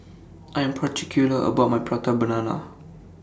I Am particular about My Prata Banana